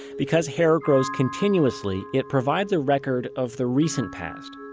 because hair grows continuously, it provides a record of the recent past.